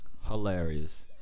Hilarious